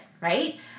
right